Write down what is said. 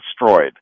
destroyed